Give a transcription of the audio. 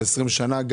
20 שנה?